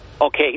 Okay